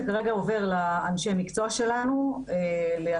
כרגע זה עובר לאנשי המקצוע שלנו להטמעה,